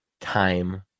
time